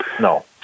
No